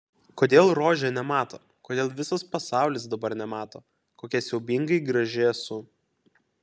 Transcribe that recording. kodėl rožė nemato kodėl visas pasaulis dabar nemato kokia siaubingai graži esu